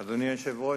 היושב-ראש,